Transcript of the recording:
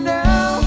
now